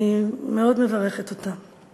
אני מאוד מברכת אותה.